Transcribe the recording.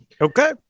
Okay